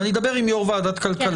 אני אדבר עם יושב ראש ועדת הכלכלה.